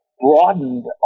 broadened